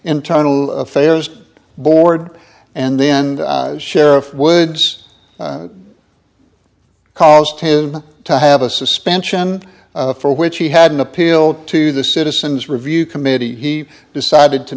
internal affairs board and then sheriff woods caused him to have a suspension for which he had an appeal to the citizen's review committee he decided to